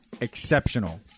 Exceptional